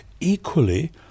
Equally